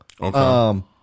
Okay